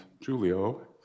Julio